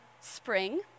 spring